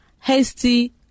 Hasty